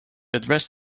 address